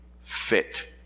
fit